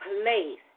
place